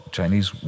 Chinese